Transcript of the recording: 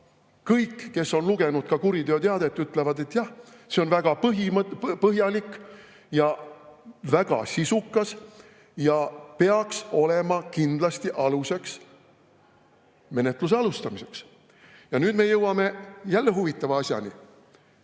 Kõik, kes on lugenud ka kuriteoteadet, ütlevad, et jah, see on väga põhjalik, väga sisukas ja peaks olema kindlasti aluseks menetluse alustamisele. Nüüd me jõuame jälle huvitava asjani.